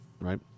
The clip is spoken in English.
Right